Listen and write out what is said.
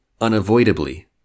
unavoidably